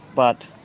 but